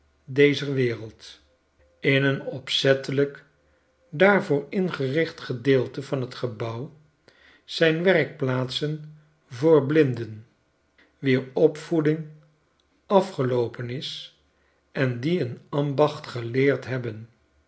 dezer wereld in een opzettelijk daarvoor ingericht gedeelte van t gebouw zyn werkplaatsen voor blinden wier opvoeding afgeloopen is en die een ambacht geleerd hebben